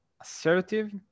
assertive